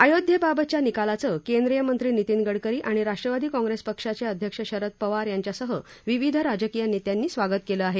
अयोध्येबाबतच्या निकालाचं केंद्रीय मंत्री नितीन गडकरी आणि राष्ट्रवादी काँग्रेस पक्षाचे अध्यक्ष शरद पवार यांच्यासह विविध राजकीय नेत्यांनी स्वागत केलं आहे